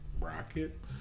rocket